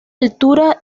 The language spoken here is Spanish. altura